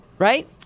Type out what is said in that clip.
Right